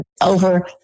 over